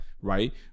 Right